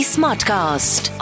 Smartcast